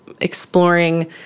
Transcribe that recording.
exploring